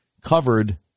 covered